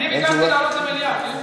אני ביקשתי לעלות למליאה.